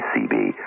CB